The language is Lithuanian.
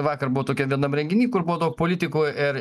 vakar buvau tokiam vienam renginy kur buvo daug politikų ir